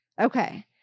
Okay